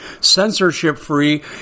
censorship-free